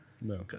No